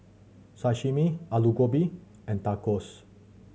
Sashimi Alu Gobi and Tacos